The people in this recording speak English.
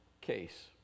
case